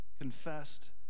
confessed